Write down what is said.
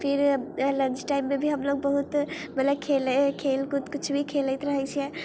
फिर अऽ लंच टाइममे भी हमलोग बहुत खेलै खेलकूद कुछ भी खेलैत रहै छियै